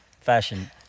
Fashion